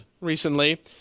recently